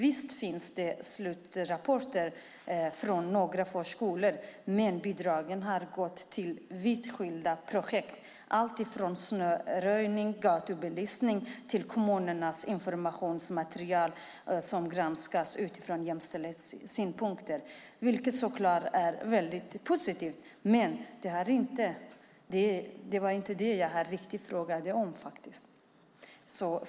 Visst finns det slutrapporter från några förskolor, men bidragen har gått till vitt skilda projekt, alltifrån snöröjning och gatubelysning till kommunernas informationsmaterial som har granskats utifrån jämställdhetssynpunkt, vilket så klart är positivt. Men det var inte riktigt det som jag frågade om.